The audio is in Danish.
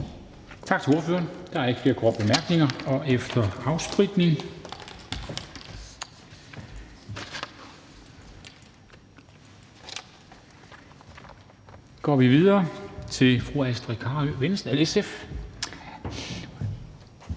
Tak til ordføreren. Der er ikke flere korte bemærkninger. Og efter afspritning går vi videre til fru Astrid Carøe, SF.